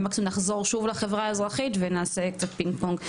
ומקסימום נחזור שוב לחברה האזרחית ונעשה קצת פינג-פונג.